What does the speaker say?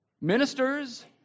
ministers